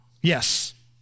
Yes